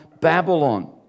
Babylon